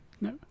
No